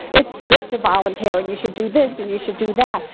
it's good to volunteer, and you should do this and you should do that.